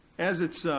as it's